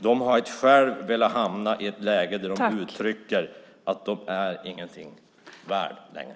De har inte själva velat hamna i ett läge där de upplever att de ingenting är värda längre.